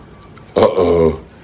uh-oh